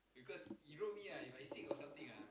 because he wrote me ah if i sick or something ah